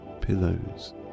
Pillows